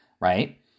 right